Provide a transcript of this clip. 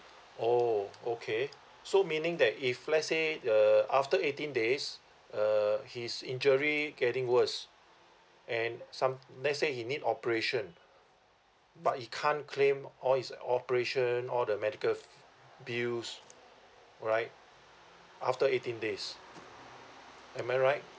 oh okay so meaning that if let's say uh after eighteen days uh his injury getting worse and some let's say he need operation but he can't claim all his operation all the medical bills right after eighteen days am I right